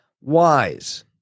wise